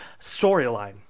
storyline